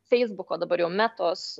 feisbuko dabar jau metus